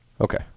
Okay